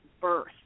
birth